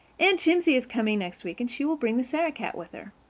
aunt jimsie is coming next week and she will bring the sarah-cat with her.